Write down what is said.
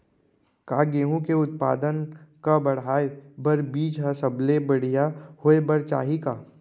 का गेहूँ के उत्पादन का बढ़ाये बर बीज ह सबले बढ़िया होय बर चाही का?